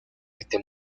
este